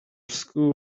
school’s